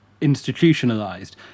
institutionalized